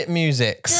music